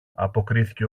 αποκρίθηκε